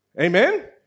Amen